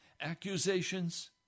Accusations